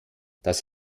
das